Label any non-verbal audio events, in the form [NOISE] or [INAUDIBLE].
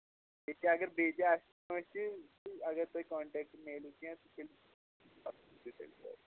ٹھیٖک چھِ اَگر بیٚیہِ تہِ آسہِ کٲنٛسہِ تہٕ اَگر تۄہہِ کانٹیکٹ میلوُ کیٚنہہ تہٕ تیٚلہِ [UNINTELLIGIBLE]